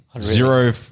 Zero